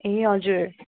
ए हजुर